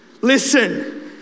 Listen